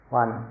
one